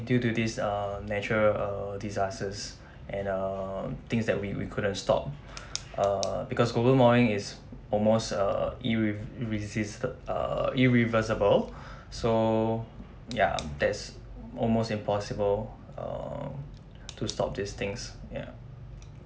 due to these err natural disasters and um things that we we couldn't stop err because global warming is almost err irriv~ irrisistab~ err irreversible so ya that's almost impossible um to stop these things ya